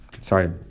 sorry